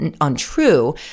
untrue